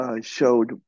Showed